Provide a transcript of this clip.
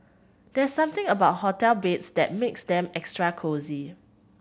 there's something about hotel beds that makes them extra cosy